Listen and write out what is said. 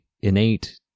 innate